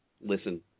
listen